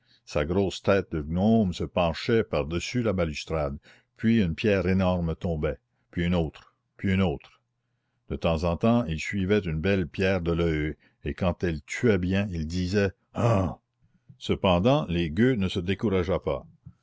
sa grosse tête de gnome se penchait par-dessus la balustrade puis une pierre énorme tombait puis une autre puis une autre de temps en temps il suivait une belle pierre de l'oeil et quand elle tuait bien il disait hun cependant les gueux ne se décourageaient pas